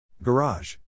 Garage